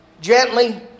gently